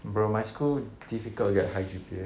bro my school difficult to get high G_P_A